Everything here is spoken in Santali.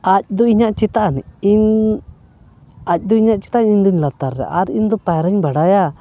ᱟᱡᱫᱚ ᱤᱧᱟᱹᱜ ᱪᱮᱛᱟᱱ ᱤᱧ ᱟᱡᱫᱚ ᱤᱧᱟᱹᱜ ᱪᱮᱛᱟᱱ ᱤᱧ ᱫᱩᱧ ᱞᱟᱛᱟᱨ ᱨᱮ ᱟᱨ ᱤᱧᱫᱚ ᱯᱟᱭᱨᱟᱧ ᱵᱟᱰᱟᱭᱟ